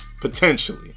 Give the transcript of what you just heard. potentially